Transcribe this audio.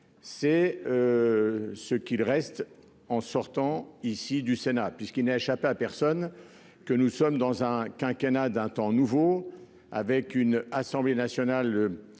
C'est. Ce qu'il reste en sortant ici du Sénat puisqu'il n'a échappé à personne que nous sommes dans un quinquennat d'un temps nouveau, avec une assemblée nationale.